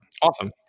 Awesome